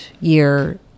year